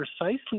precisely